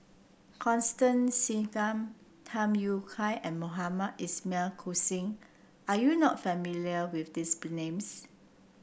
Constance Singam Tham Yui Kai and Mohamed Ismail Hussain Are you not familiar with these names